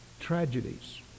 tragedies